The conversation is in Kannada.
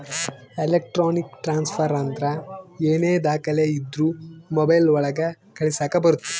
ಎಲೆಕ್ಟ್ರಾನಿಕ್ ಟ್ರಾನ್ಸ್ಫರ್ ಅಂದ್ರ ಏನೇ ದಾಖಲೆ ಇದ್ರೂ ಮೊಬೈಲ್ ಒಳಗ ಕಳಿಸಕ್ ಬರುತ್ತೆ